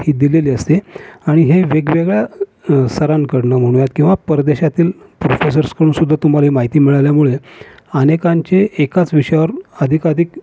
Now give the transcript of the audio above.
ही दिलेली असते आणि हे वेगवेगळ्या सरांकडून म्हणूयात किंवा परदेशातील प्रोफेसर्सकडूनसुद्धा तुम्हाला ही माहिती मिळाल्यामुळे अनेकांचे एकाच विषयावर अधिकाधिक